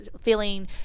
feeling